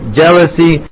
jealousy